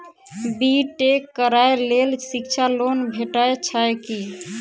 B tech करै लेल शिक्षा लोन भेटय छै की?